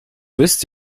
wisst